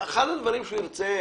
אחד הדברים שהוא ירצה,